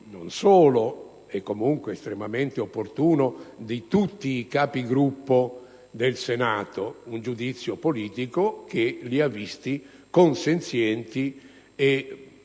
giudizio - comunque estremamente opportuno - di tutti i Capigruppo del Senato (un giudizio politico che li ha visti convergenti